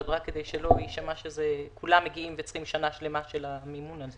אבל רק כדי שלא יישמע שכולם מגיעים וצריכים שנה שלמה של המימון הזה.